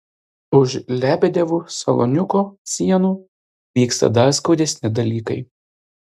už lebedevų saloniuko sienų vyksta dar skaudesni dalykai